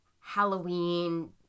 Halloween